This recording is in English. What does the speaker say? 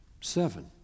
seven